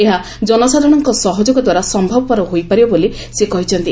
ଏହା ଜନସାଧାରଣଙ୍କ ସହଯୋଗଦ୍ୱାରା ସମ୍ଭବପର ହୋଇପାରିବ ବୋଲି ସେ କହିଛନ୍ତି